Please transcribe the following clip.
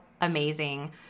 amazing